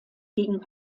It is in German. gegen